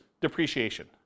depreciation